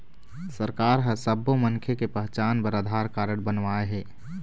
सरकार ह सब्बो मनखे के पहचान बर आधार कारड बनवाए हे